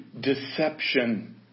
deception